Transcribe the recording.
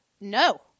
no